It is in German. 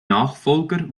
nachfolger